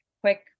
quick